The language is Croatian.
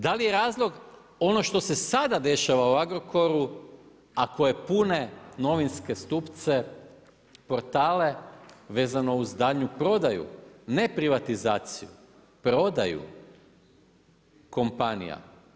Da li je razlog ono što se sada dešava o Agrokoru, a koje pune novinske stupce, portale, vezano uz daljnju prodaju, ne privatizaciju, prodaju kompanija.